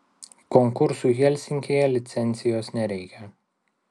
konkursui helsinkyje licencijos nereikia